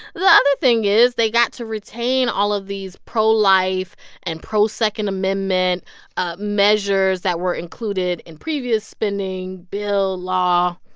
the other thing is they got to retain all of these pro-life and pro-second amendment ah measures that were included in previous spending bill law.